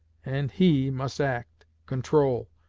and he must act, control,